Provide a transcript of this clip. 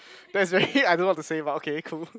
that's very I don't know what to say but okay cool